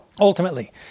ultimately